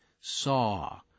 saw